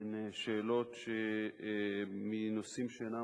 הן שאלות מנושאים שאינם